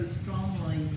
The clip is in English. strongly